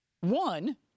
One